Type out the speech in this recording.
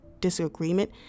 disagreement